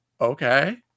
Okay